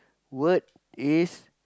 word is